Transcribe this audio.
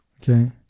okay